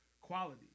quality